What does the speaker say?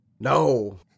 No